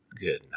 Good